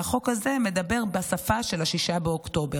והחוק הזה מדבר בשפה של 6 באוקטובר.